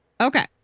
Okay